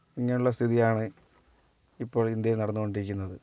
ഇങ്ങനെയുള്ള സ്ഥിതി ആണ് ഇപ്പോൾ ഇന്ത്യയിൽ നടന്ന് കൊണ്ടിരിക്കുന്നത്